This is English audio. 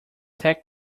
tech